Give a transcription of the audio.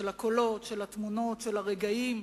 של הקולות, של התמונות, של הרגעים,